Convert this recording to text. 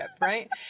right